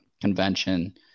convention